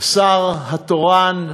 השר התורן,